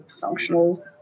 functional